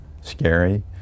scary